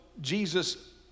Jesus